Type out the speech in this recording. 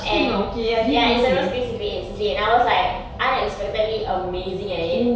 and ya it's a rope skipping C_C_A C_C_A and I was unexpectedly amazing at it